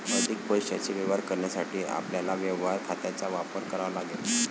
अधिक पैशाचे व्यवहार करण्यासाठी आपल्याला व्यवहार खात्यांचा वापर करावा लागेल